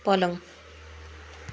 पलङ